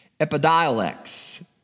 Epidiolex